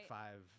five